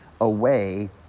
away